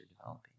developing